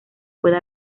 puede